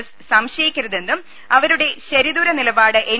S സംശയിക്കരുതെന്നും അവരുടെ ശരിദൂര നിലപാട് എൻ